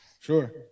sure